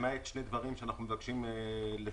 למעט שני דברים שאנחנו מבקשים לשנות.